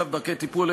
ענישה ודרכי טיפול),